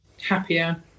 Happier